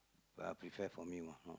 uh prepare for me one house